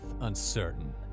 uncertain